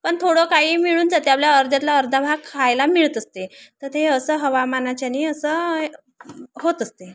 पण थोडं काही मिळून जाते आपल्या अर्ध्यातला अर्धा भाग खायला मिळत असते तर ते असं हवामानाच्याने असं होत असते